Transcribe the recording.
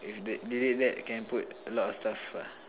if they delete that can put alot of stuff what